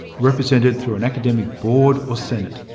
represented through an academic board or senate.